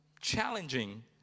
challenging